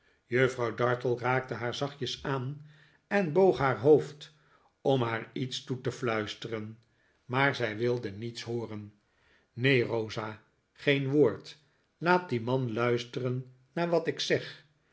juffrouw dartle raakte haar zachtjes aan en boog haar hoofd om haar iets toe te fluisteren maar zij wilde niets hooren neen rosa geen woord laat die man luisteren naar wat ik zeg